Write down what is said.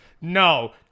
No